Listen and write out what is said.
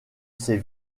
ses